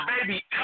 baby